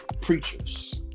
preachers